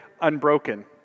Unbroken